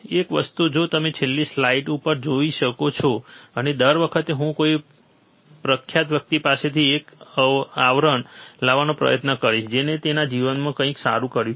એક વસ્તુ જે તમે આ છેલ્લી સ્લાઇડ ઉપર પણ જોઈ શકો છો અને દર વખતે હું કોઈ પ્રખ્યાત વ્યક્તિ પાસેથી એક અવતરણ લાવવાનો પ્રયત્ન કરીશ જેણે તેના જીવનમાં કંઈક સારું કર્યું છે